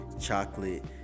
chocolate